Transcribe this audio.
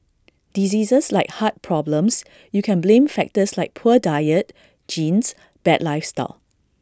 diseases like heart problems you can blame factors like poor diet genes bad lifestyle